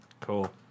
Cool